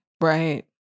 Right